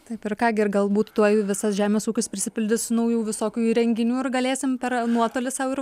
taip ir ką gi ir galbūt tuoj visas žemės ūkis prisipildys naujų visokių įrenginių ir galėsim per nuotolį sau ir